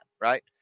right